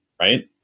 right